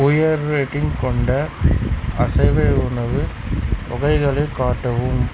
உயர் ரேட்டிங் கொண்ட அசைவ உணவு வகைகளை காட்டவும்